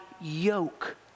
yoke